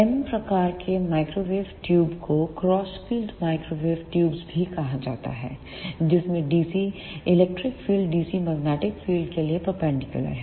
M प्रकार के microwave ट्यूबों को क्रॉस फील्ड माइक्रोवेव ट्यूब भी कहा जाता है जिसमें DC electric field DC magnetic field के लिए परपेंडिकुलर है